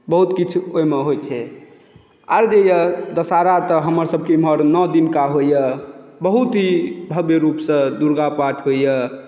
बहुत किछु ओहिमे होइत छै आब जे यए दशहरा तऽ हमरसभके नओ दिनके होइए बहुत ही भव्य रूपसँ दुर्गा पाठ होइए